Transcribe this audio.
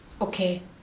Okay